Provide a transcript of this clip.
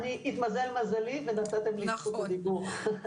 התמזל מזלי ונתתם לי את זכות הדיבור.